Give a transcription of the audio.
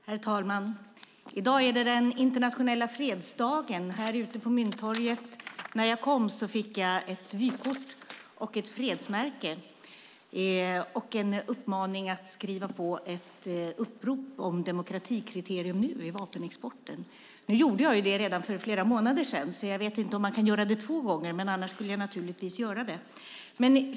Herr talman! I dag är det den internationella fredsdagen. Här ute på Mynttorget fick jag, när jag kom, ett vykort och ett fredsmärke och en uppmaning att skriva på ett upprop om ett demokratikriterium i vapenexporten. Det gjorde jag redan för flera månader sedan. Jag vet inte om man kan göra det två gånger. Annars skulle jag naturligtvis göra det.